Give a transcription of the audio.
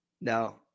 No